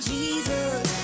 Jesus